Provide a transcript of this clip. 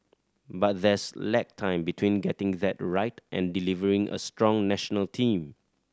but there's lag time between getting that right and delivering a strong national team